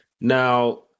now